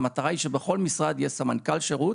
המטרה היא שבכל משרד יהיה סמנכ"ל שירות,